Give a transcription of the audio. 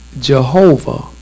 Jehovah